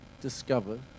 discover